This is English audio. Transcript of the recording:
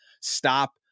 stop